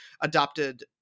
adopted